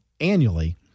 annually